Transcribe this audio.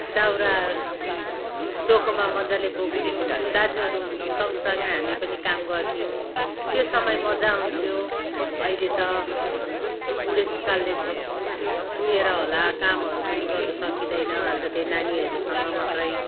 दाउरा डोकोमा मज्जाले बोक्थ्यौँ दाजुहरू सँगसँगै हामी पनि काम गर्थ्यौँ त्यो समय मज्जा आउँथ्यो अहिले त बुढेसकालले छोएर होला कामहरू पनि गर्नु सकिँदैन अहिले त त्यही नानीहरूसँग मात्रै